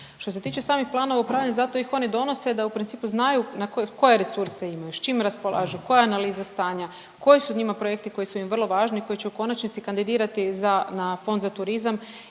Što se tiče samih planova upravljanja zato ih oni donose da u principu znaju na koje, koje resurse imaju, s čim raspolažu, koja je analiza stanja, koji su njima projekti koji su im vrlo važni i koji će u konačnici kandidirati za na fond za turizam,